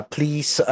Please